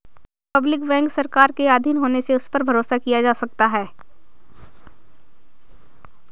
public bank सरकार के आधीन होने से उस पर भरोसा किया जा सकता है